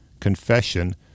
confession